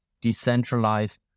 decentralized